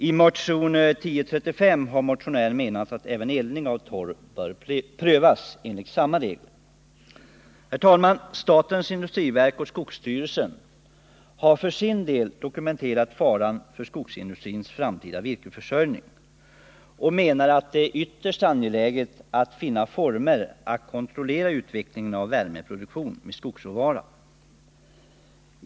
I motion 1035 sägs att även eldning med torv bör prövas enligt samma regler. Herr talman! Statens industriverk och skogsstyrelsen har för sin del dokumenterat faran för skogsindustrins framtida virkesförsörjning och menar att det är ytterst angeläget att finna former för att kontrollera utvecklingen av värmeproduktion med skogsråvara.